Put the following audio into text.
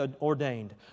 ordained